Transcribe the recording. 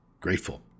Grateful